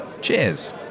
Cheers